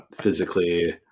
physically